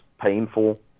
painful